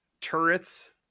turrets